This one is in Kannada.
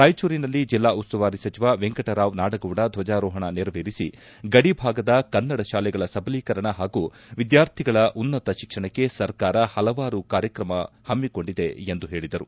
ರಾಯಚೂರಿನಲ್ಲಿ ಜಿಲ್ಲಾ ಉಸ್ತುವಾರಿ ಸಚಿವ ವೆಂಕಟರಾವ್ ನಾಡಗೌಡ ದ್ವಜಾರೋಹಣ ನೆರವೇರಿಸಿ ಗಡಿಭಾಗದ ಕನ್ನಡ ಶಾಲೆಗಳ ಸಬಲೀಕರಣ ಹಾಗೂ ವಿದ್ಯಾರ್ಥಿಗಳ ಉನ್ನತ ಶಿಕ್ಷಣಕ್ಕೆ ಸರ್ಕಾರ ಪಲವಾರು ಕಾರ್ಯಕ್ರಮ ಪಮ್ಮಿಕೊಂಡಿದೆ ಎಂದು ಹೇಳಿದರು